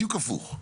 בדיוק הפוך.